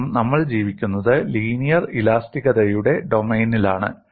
കാരണം നമ്മൾ ജീവിക്കുന്നത് ലീനിയർ ഇലാസ്തികതയുടെ ഡൊമെയ്നിലാണ്